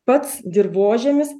pats dirvožemis